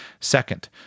Second